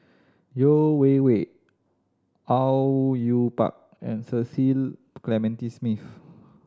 Yeo Wei Wei Au Yue Pak and Cecil Clementi Smith